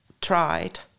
tried